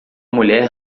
mulher